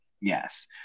Yes